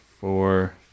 four